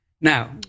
Now